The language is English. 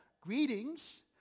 Greetings